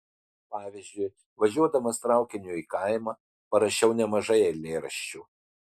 pavyzdžiui važiuodamas traukiniu į kaimą parašiau nemažai eilėraščių